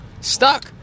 Stuck